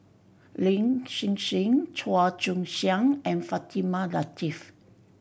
Lin Hsin Hsin Chua Joon Siang and Fatimah Lateef